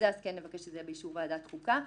-- ונבקש שזה יהיה באישור ועדת חוקה.